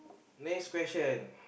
next question